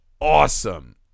awesome